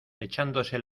echándose